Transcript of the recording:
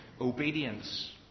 obedience